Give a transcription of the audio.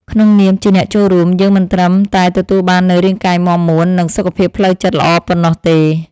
ក្នុងនាមជាអ្នកចូលរួម យើងមិនត្រឹមតែទទួលបាននូវរាងកាយមាំមួន និងសុខភាពផ្លូវចិត្តល្អប៉ុណ្ណោះទេ។